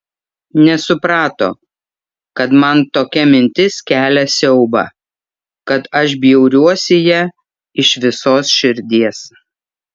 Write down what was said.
nesuprato kad man tokia mintis kelia siaubą kad aš bjauriuosi ja iš visos širdies